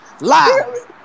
Lie